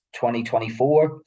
2024